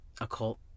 occult